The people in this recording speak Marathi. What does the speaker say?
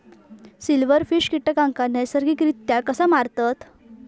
सिल्व्हरफिश कीटकांना नैसर्गिकरित्या कसा मारतत?